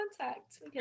contact